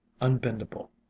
unbendable